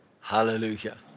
Hallelujah